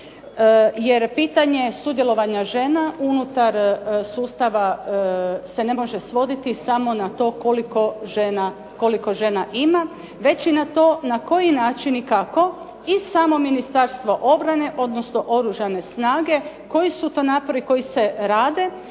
Jer pitanje sudjelovanja žena unutar sustava se ne može svoditi samo na to koliko žena ima, već i na to na koji način i kako i samo Ministarstvo obrane odnosno Oružane snage, koji su to napori koji se rade